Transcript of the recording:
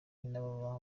n’ababa